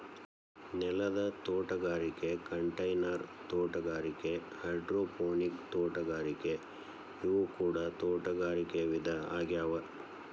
ನೆಲದ ತೋಟಗಾರಿಕೆ ಕಂಟೈನರ್ ತೋಟಗಾರಿಕೆ ಹೈಡ್ರೋಪೋನಿಕ್ ತೋಟಗಾರಿಕೆ ಇವು ಕೂಡ ತೋಟಗಾರಿಕೆ ವಿಧ ಆಗ್ಯಾವ